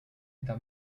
estas